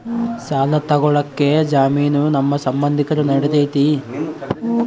ಸಾಲ ತೊಗೋಳಕ್ಕೆ ಜಾಮೇನು ನಮ್ಮ ಸಂಬಂಧಿಕರು ನಡಿತೈತಿ?